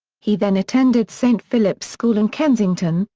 he then attended st philip's school in kensington,